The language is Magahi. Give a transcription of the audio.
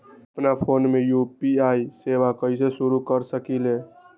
अपना फ़ोन मे यू.पी.आई सेवा कईसे शुरू कर सकीले?